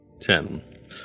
Ten